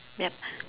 ya